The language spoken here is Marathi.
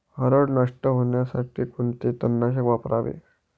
हरळ नष्ट होण्यासाठी कोणते तणनाशक वापरावे?